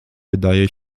wydaje